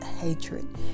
hatred